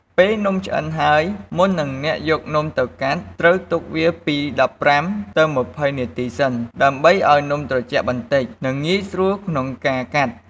ពេលនំឆ្អិនហើយ មុននឹងអ្នកយកនំទៅកាត់ ត្រូវទុកវាពី ១៥ ទៅ ២០ នាទីសិន ដើម្បីឱ្យនំត្រជាក់បន្តិច និងងាយស្រួលក្នុងការកាត់។